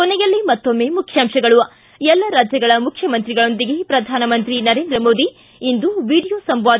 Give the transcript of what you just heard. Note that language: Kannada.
ಕೊನೆಯಲ್ಲಿ ಮತ್ತೊಮ್ನೆ ಮುಖ್ಯಾಂಶಗಳು ಎಲ್ಲ ರಾಜ್ಯಗಳ ಮುಖ್ಯಮಂತ್ರಿಗಳೊಂದಿಗೆ ಪ್ರಧಾನಮಂತ್ರಿ ನರೇಂದ್ರ ಮೋದಿ ಇಂದು ವೀಡಿಯೊ ಸಂವಾದ